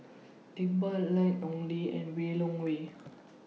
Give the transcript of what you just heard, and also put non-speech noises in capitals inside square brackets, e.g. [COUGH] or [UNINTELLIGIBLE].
Iqbal Ian Ong Li and [UNINTELLIGIBLE]